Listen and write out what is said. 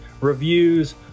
Reviews